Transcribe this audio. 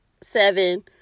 seven